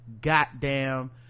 goddamn